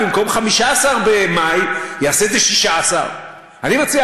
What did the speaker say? במקום 15 במאי יעשה את זה 16. אני מציע,